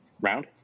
round